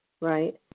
Right